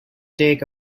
take